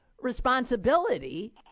responsibility